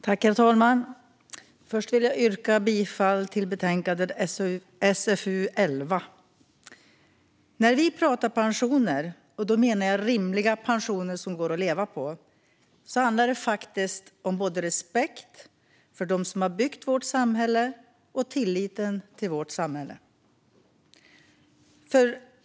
Herr talman! Jag yrkar bifall till utskottets förslag i betänkande SfU11. När vi pratar pensioner - och då menar jag rimliga pensioner som går att leva på - handlar det både om respekt för dem som har byggt vårt samhälle och om tilliten till samhället.